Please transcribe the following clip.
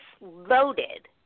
loaded